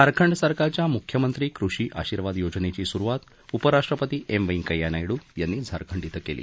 झारखंड सरकारच्या मुख्यमंत्री कृषी आशिर्वाद योजनेची सुरुवात उपराष्ट्रपती एम वेंकय्या नायडू यांनी झारखंड क्रें केली